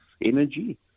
energy